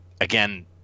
Again